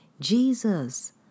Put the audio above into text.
Jesus